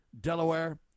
Delaware